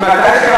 לא בעקבות,